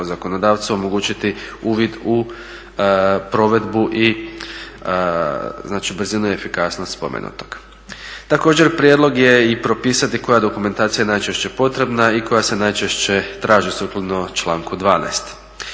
zakonodavcu omogućiti uvid u provedbu i znači brzinu efikasnosti spomenutog. Također prijedlog je i propisati koja dokumentacija je najčešće potrebna i koja se najčešće traži sukladno članku 12.